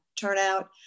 turnout